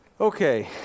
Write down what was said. Okay